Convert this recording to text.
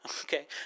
Okay